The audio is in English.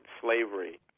slavery